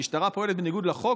המשטרה פועלת בניגוד לחוק,